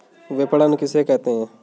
विपणन किसे कहते हैं?